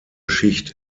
schicht